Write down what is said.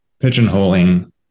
pigeonholing